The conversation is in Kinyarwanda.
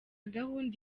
gahunda